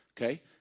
okay